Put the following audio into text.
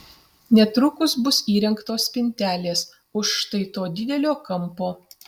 netrukus bus įrengtos spintelės už štai to didelio kampo